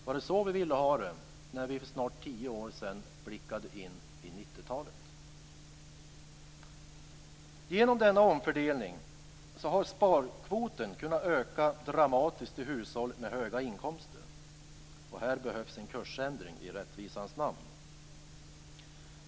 Var det så vi ville ha det när vi för snart 10 år sedan blickade in i 90 talet? Genom denna omfördelning har sparkvoten kunnat öka dramatiskt i hushåll med höga inkomster. Här behövs en kursändring i rättvisans namn.